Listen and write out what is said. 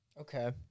Okay